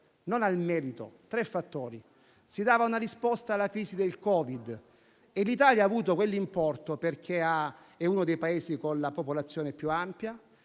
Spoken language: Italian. non al merito. Con esso, si dava una risposta alla crisi del Covid-19 e l'Italia ha avuto quell'importo perché è uno dei Paesi con la popolazione più ampia,